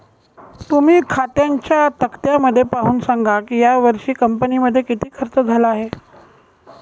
तुम्ही खात्यांच्या तक्त्यामध्ये पाहून सांगा की यावर्षी कंपनीमध्ये किती खर्च झाला आहे